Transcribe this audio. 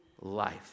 life